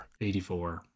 84